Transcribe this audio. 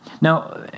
Now